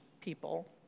people